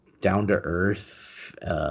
down-to-earth